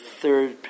third